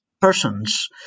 persons